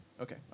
Okay